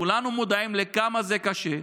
כולנו מודעים לכמה זה קשה.